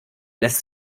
lässt